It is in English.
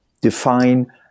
define